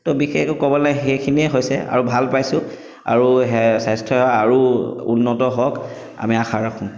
ত' বিশেষ একো ক'বলৈ নাই সেইখিনিয়ে হৈছে আৰু ভাল পাইছোঁ আৰু স্বাস্থ্যসেৱা আৰু উন্নত হওক আমি আশা ৰাখোঁ